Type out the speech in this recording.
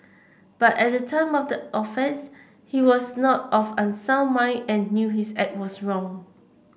but at the time of the offence he was not of unsound mind and knew his act was wrong